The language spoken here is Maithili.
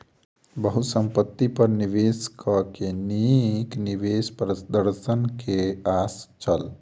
बहुसंपत्ति पर निवेशक के नीक निवेश प्रदर्शन के आस छल